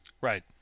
Right